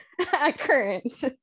current